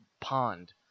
pond